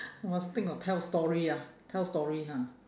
must think of tell story ah tell story ha